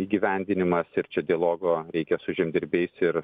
įgyvendinimas ir čia dialogo reikia su žemdirbiais ir